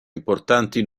importanti